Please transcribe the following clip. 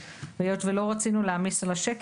היות שלא רצינו להעמיס על השקף,